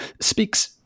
speaks